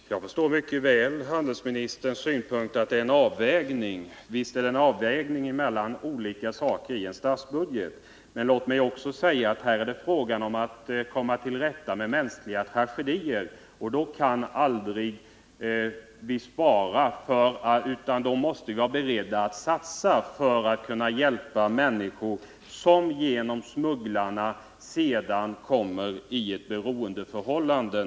Herr talman! Jag förstår mycket väl handelsministern när han säger att det är fråga om en avvägning. Visst är det fråga om en avvägning mellan olika saker i en statsbudget, men låt mig då också säga att det här gäller att komma till rätta med en verksamhet som leder till stora mänskliga tragedier. I det arbetet kan vi aldrig spara, utan i stället måste vi vara beredda på nya insatser för att kunna rädda människor som på grund av smugglarnas samvetslösa verksamhet råkar i ett beroendeförhållande.